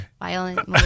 violent